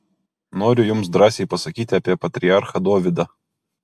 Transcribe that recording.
noriu jums drąsiai pasakyti apie patriarchą dovydą